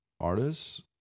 artists